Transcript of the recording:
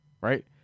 Right